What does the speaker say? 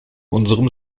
unserem